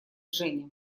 женя